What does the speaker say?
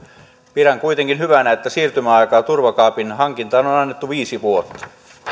pidän kuitenkin hyvänä että siirtymäaikaa turvakaapin hankintaan on on annettu viisi vuotta